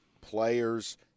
players